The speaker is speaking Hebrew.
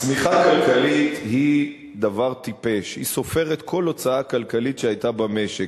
צמיחה כלכלית היא דבר טיפש; היא סופרת כל הוצאה כלכלית שהיתה במשק,